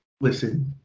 Listen